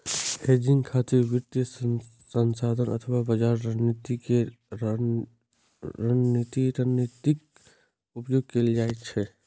hedging खातिर वित्तीय साधन अथवा बाजार रणनीति के रणनीतिक उपयोग कैल जाइ छै